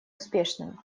успешным